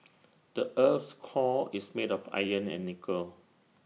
the Earth's core is made of iron and nickel